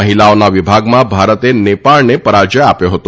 મહિલાઓના વિભાગમાં ભારતે નેપાળને પરાજય આપ્યો હતો